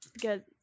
Good